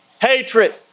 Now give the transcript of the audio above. hatred